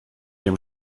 dem